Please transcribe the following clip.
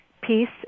peace